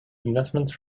investments